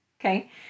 okay